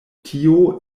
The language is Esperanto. tio